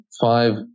five